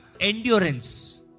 endurance